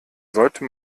sollte